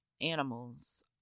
animals